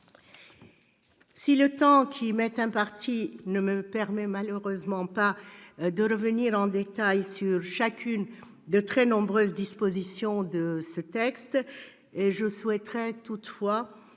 Si le temps qui m'est imparti ne me permet malheureusement pas de revenir en détail sur chacune des très nombreuses dispositions de ce texte, je souhaiterais toutefois